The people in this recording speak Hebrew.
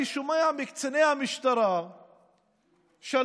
אני שומע מקציני המשטרה שלוש